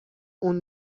اون